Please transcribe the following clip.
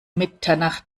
mitternacht